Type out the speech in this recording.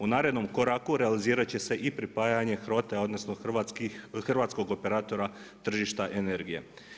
U narednom koraku, realizirati će se i pripajanje HROTE, odnosno, Hrvatskog operatora tržišta energije.